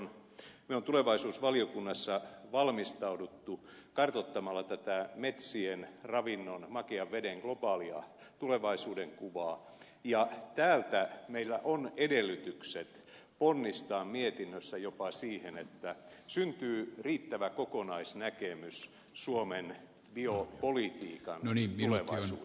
me olemme tulevaisuusvaliokunnassa valmistautuneet kartoittamalla tätä metsien ravinnon makean veden globaalia tulevaisuudenkuvaa ja täältä meillä on edellytykset ponnistaa mietinnössä jopa siihen että syntyy riittävä kokonaisnäkemys suomen biopolitiikan tulevaisuudesta